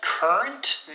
Current